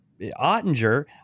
Ottinger